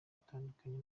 butandukanye